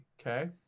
okay